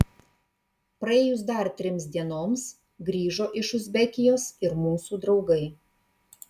praėjus dar trims dienoms grįžo iš uzbekijos ir mūsų draugai